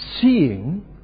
seeing